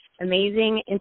amazing